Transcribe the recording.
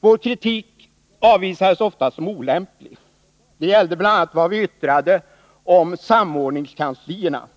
Vår kritik avvisades ofta som olämplig. Det gällde bl.a. vad vi yttrade om samordningskanslierna.